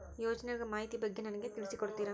ಯೋಜನೆಗಳ ಮಾಹಿತಿ ಬಗ್ಗೆ ನನಗೆ ತಿಳಿಸಿ ಕೊಡ್ತೇರಾ?